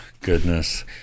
goodness